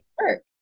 work